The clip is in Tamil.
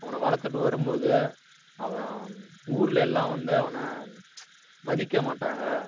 அவனை வளர்த்துட்டு வரும் போது அவன் ஊரில் எல்லாம் வந்து அவனை மதிக்க மாட்டேறாங்க